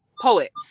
poet